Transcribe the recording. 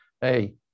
hey